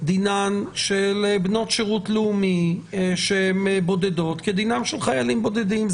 דינן של בנות שירות לאומי בודדות כדינן של חיילים בודדים,